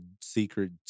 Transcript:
secret